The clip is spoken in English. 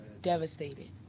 Devastated